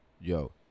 yo